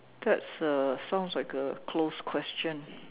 that's uh sounds like a closed question